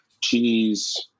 cheese